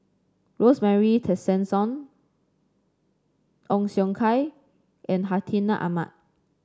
Rosemary Tessensohn Ong Siong Kai and Hartinah Ahmad